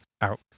out